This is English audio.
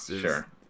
sure